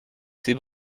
ses